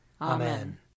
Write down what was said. Amen